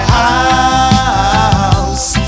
house